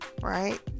right